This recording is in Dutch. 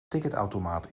ticketautomaat